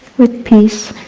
with peace,